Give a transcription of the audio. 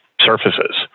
surfaces